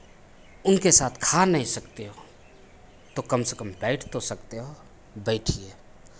उनके साथ खा नहीं सकते हो तो कम से कम बैठ तो सकते हो बैठिये